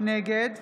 נגד